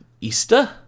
Easter